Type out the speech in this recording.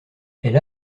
elle